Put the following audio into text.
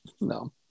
no